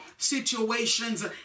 situations